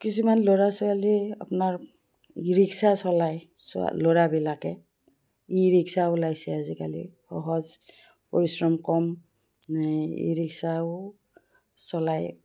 কিছুমান ল'ৰা ছোৱালী আপোনাৰ ৰিক্সা চলায় ল'ৰাবিলাকে ই ৰিক্সা ওলাইছে আজিকালি সহজ পৰিশ্ৰম কম ই ৰিক্সাও চলাই